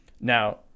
Now